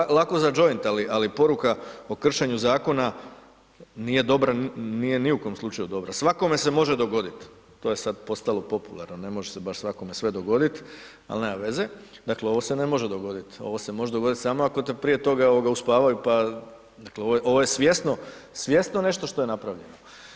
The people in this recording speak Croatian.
Dakle, lako za joint, ali poruka o kršenju Zakona nije dobra, nije ni u nikom slučaju dobra, svakome se može dogodit, to je sad postalo popularno, ne može se baš svakome sve dogodit, al' nema veze, dakle, ovo se ne može dogodit, ovo se može dogodit samo ako te prije toga, ovoga, uspavaju pa, dakle, ovo je svjesno, svjesno nešto što je napravljeno.